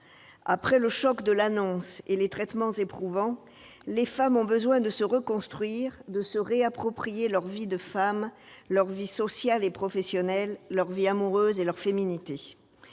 Après le choc de l'annonce et les traitements éprouvants, les femmes ont besoin de se reconstruire, de se réapproprier leur vie de femme, leur vie sociale et professionnelle, leur vie amoureuse et leur féminité.